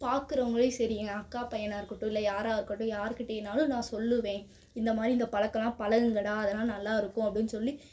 பார்க்குறவுங்களையும் சரி என் அக்கா பையனாக இருக்கட்டும் இல்லை யாராக இருக்கட்டும் யார்க்கிட்டையினாலும் நான் சொல்வேன் இந்த மாதிரி இந்த பழக்கலாம் பழகுங்கடா அதெல்லாம் நல்லா இருக்கும் அப்படின்னு சொல்லி